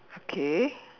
okay